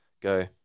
Go